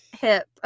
hip